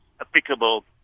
applicable